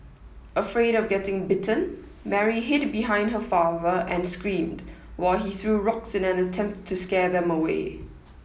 afraid of getting bitten Mary hid behind her father and screamed while he threw rocks in an attempt to scare them away